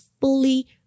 fully